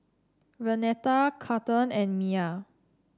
Renata Cathern and Miya